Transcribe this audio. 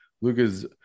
Luca's